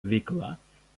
veikla